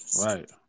Right